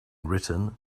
written